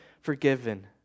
forgiven